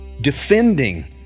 defending